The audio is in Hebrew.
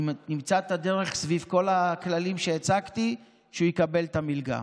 נמצא את הדרך סביב כל הכללים שהצגתי שהוא יקבל את המלגה.